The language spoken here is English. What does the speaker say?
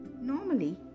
Normally